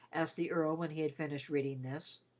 asked the earl when he had finished reading this.